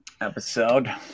episode